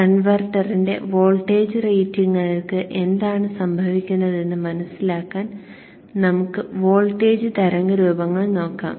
കൺവെർട്ടറിന്റെ വോൾട്ടേജ് റേറ്റിംഗുകൾക്ക് എന്താണ് സംഭവിക്കുന്നതെന്ന് മനസിലാക്കാൻ നമുക്ക് വോൾട്ടേജ് തരംഗരൂപങ്ങൾ നോക്കാം